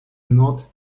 not